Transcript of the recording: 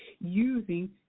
using